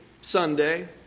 Sunday